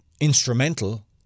instrumental